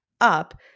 up